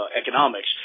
economics